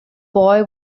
boy